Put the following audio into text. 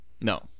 No